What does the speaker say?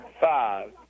five